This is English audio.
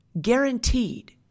Guaranteed